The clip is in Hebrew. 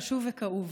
חשוב וכאוב.